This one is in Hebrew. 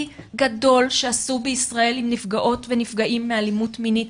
גדול שעשו בישראל עם נפגעות ונפגעים מאלימות מינית.